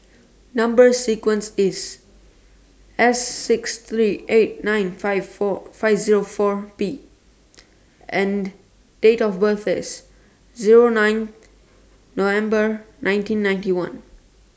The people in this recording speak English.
Number sequence IS S six three eight nine five four five Zero four P and Date of birth IS Zero nine November nineteen ninety one